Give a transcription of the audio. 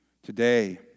Today